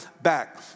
Back